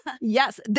Yes